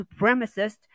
supremacists